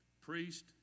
priest